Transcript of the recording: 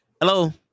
hello